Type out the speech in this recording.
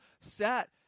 sat